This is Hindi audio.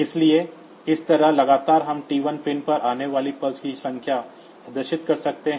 इसलिए इस तरह लगातार हम T1 पिन पर आने वाली पल्स की संख्या प्रदर्शित कर सकते हैं